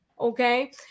okay